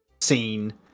scene